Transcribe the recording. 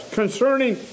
concerning